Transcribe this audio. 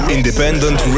Independent